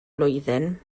blwyddyn